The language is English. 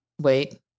wait